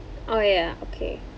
oh ya okay